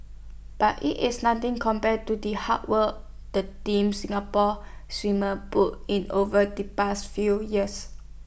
but IT is nothing compared to the hard work the Team Singapore swimmers put in over the past few years